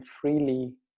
freely